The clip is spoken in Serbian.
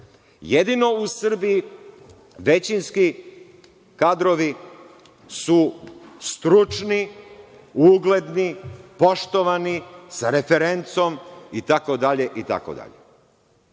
jedino u Srbiji većinski kadrovi su stručni, ugledni, poštovani, sa referencom itd. Da